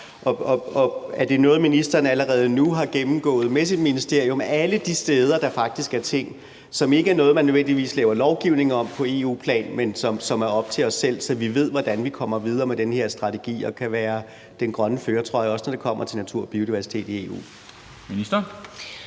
Er det noget, ministeren allerede nu har gennemgået med sit ministerium, altså alle de steder, hvor der faktisk er ting, som ikke nødvendigvis er noget, man laver lovgivning om på EU-plan, men som er op til os selv – så vi ved, hvordan vi kommer videre med den her strategi og kan være i den grønne førertrøje, også når det kommer til natur og biodiversitet i EU?